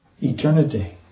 Eternity